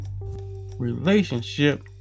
relationship